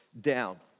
down